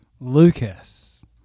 Lucas